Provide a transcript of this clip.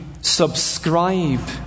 subscribe